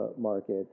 market